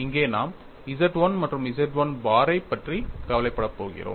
இங்கே நாம் Z 1 மற்றும் Z 1 பாரையைப் பற்றி கவலைப்படப் போகிறோம்